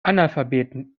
analphabeten